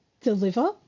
deliver